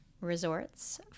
Resorts